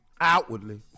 Outwardly